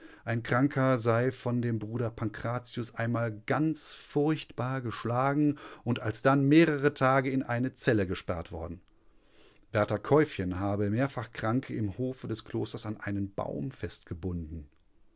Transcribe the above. ein kranker sei von dem bruder pankratius einmal ganz furchtbar geschlagen und alsdann mehrere tage in eine zelle gesperrt worden wärter käuffchen habe mehrfach kranke im hofe des klosters an einen baum festgebunden